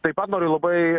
taip pat noriu labai